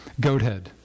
Goathead